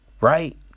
Right